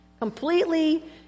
Completely